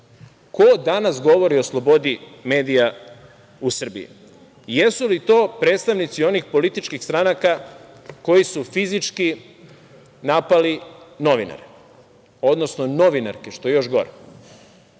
ko danas govori o slobodi medija u Srbiji. Da li su to predstavnici onih političkih stranaka koji su fizički napali novinare, odnosno novinarke, što je još gore,